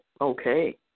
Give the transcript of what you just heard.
Okay